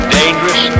dangerous